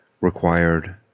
required